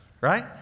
right